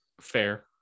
Fair